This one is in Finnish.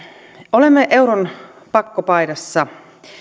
olemme euron pakkopaidassa